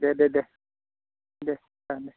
दे दे दे जागोन दे